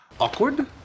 awkward